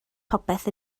popeth